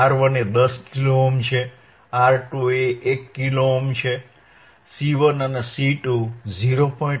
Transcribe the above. R1 એ 10 kilo ohm છે R2 એ 1 કિલો ઓહ્મ છે C1 અને C2 0